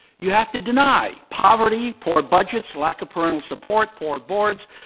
you have to deny poverty, poor budgets, lack of parental support, poor boards,